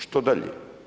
Što dalje?